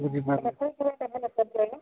ବୁଝିିବା